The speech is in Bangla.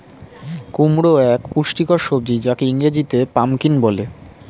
কুমড়ো এক পুষ্টিকর সবজি যাকে ইংরেজিতে পাম্পকিন বলে